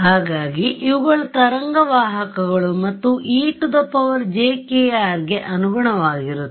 ಹಾಗಾಗಿ ಇವುಗಳು ತರಂಗ ವಾಹಕಗಳು ಮತ್ತು ejk·r ಗೆ ಅನುಗುಣವಾಗಿರುತ್ತವೆ